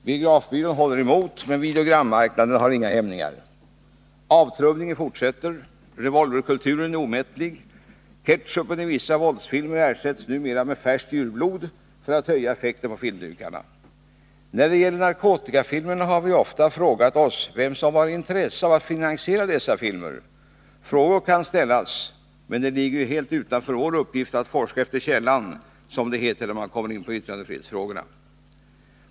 Biografbyrån håller emot, men videogrammarknaden har inga hämningar. Avtrubbningen fortsätter. Revolverkulturen är omättlig. Ketchupen i vissa våldsfilmer ersätts numera med färskt djurblod för att höja effekten av det som visas på filmdukarna. När det gäller narkotikafilmerna har vi ofta frågat oss vem som har intresse av att finansiera dessa filmer. Frågor kan ställas, men det ligger helt utanför vår uppgift att forska efter källan, som det heter när man kommer in på yttrandefrihetsfrågorna.